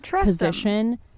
position